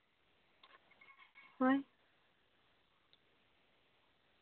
ᱦᱳᱭ